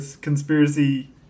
conspiracy